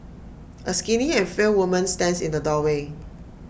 A skinny and frail woman stands in the doorway